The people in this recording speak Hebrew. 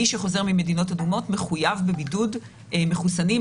מי שחוזר ממדינות אדומות מחויב בבידוד מחוסנים,